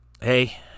Hey